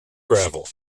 gravel